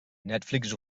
netflix